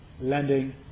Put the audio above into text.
lending